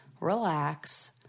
relax